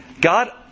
God